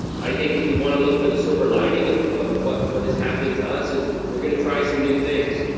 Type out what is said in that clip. i think if we wanna look for the silver lining of of what what is happening to us, is we're gonna try some new things.